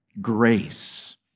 grace